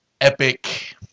epic